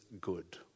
good